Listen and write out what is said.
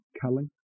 culling